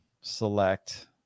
select